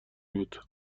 بود